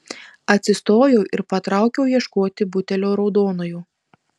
atsistojau ir patraukiau ieškoti butelio raudonojo